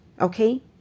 Okay